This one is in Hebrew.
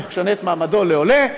משנה את מעמדו לעולה,